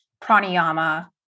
pranayama